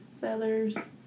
feathers